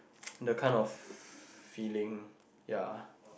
the kind of feeling yeah